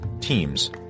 teams